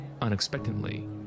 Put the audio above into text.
Unexpectedly